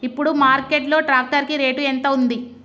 ఇప్పుడు మార్కెట్ లో ట్రాక్టర్ కి రేటు ఎంత ఉంది?